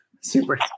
Super